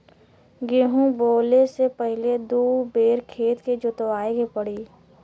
गेंहू बोवले से पहिले दू बेर खेत के जोतवाए के पड़ी